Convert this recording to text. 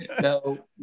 no